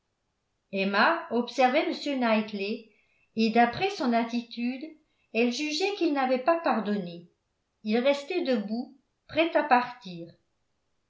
emma observait m knightley et d'après son attitude elle jugeait qu'il n'avait pas pardonné il restait debout prêt à partir